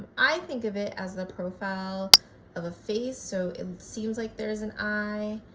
i think of it as the profile of a face so it seems like there's an eye,